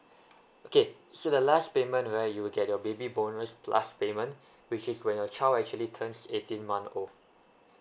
okay so the last payment right you will get your baby bonus last payment which is when your child actually turns eighteen month old